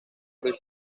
ruiz